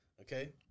Okay